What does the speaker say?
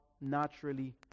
naturally